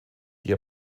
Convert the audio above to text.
die